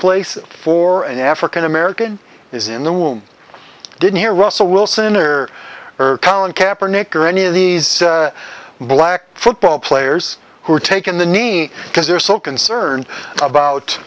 place for an african american is in the womb didn't hear russell wilson or her collin cap or nick or any of these black football players who are taken the knee because they're so concerned about